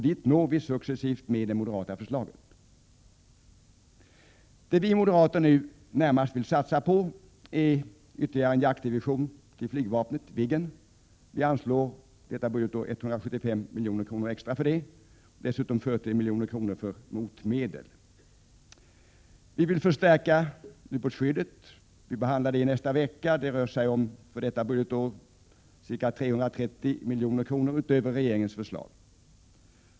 Dit når vi successivt med det moderata förslaget. Vad vi moderater nu närmast vill satsa på är ytterligare en jaktdivision Viggen till flygvapnet. Vi vill detta budgetår anslå 175 milj.kr. extra för det och dessutom 40 milj.kr. för motmedel. Vi vill förstärka ubåtsskyddet. I nästa vecka behandlas den frågan här i kammaren. För detta budgetår rör det sig om ca 330 milj.kr. utöver regeringens förslag.